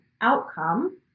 outcome